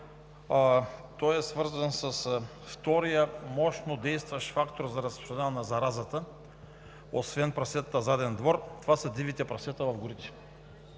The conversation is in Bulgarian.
Той е свързан с втория мощно действащ фактор за разпространение на заразата, освен прасетата в заден двор, това са дивите прасета в горите.